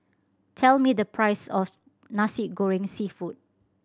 tell me the price of Nasi Goreng Seafood